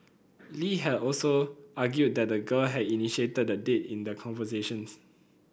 Lee had also argued that the girl had initiated the date in their conversations